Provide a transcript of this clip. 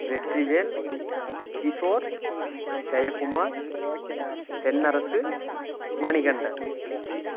Vetrivel Kishore Jayakumar Thennarasu Manikandan